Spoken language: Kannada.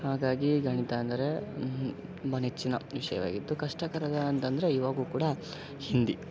ಹಾಗಾಗಿ ಗಣಿತ ಅಂದರೆ ತುಂಬ ನೆಚ್ಚಿನ ವಿಷಯವಾಗಿತ್ತು ಕಷ್ಟಕರದ ಅಂತಂದರೆ ಇವಾಗು ಕೂಡ ಹಿಂದಿ